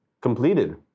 completed